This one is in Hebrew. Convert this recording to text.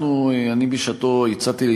אני בשעתי הצעתי,